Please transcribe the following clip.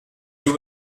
you